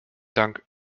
dank